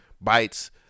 bites